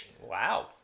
Wow